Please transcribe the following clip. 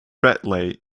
bradley